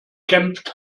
kämpft